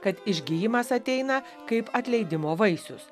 kad išgijimas ateina kaip atleidimo vaisius